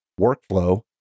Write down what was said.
workflow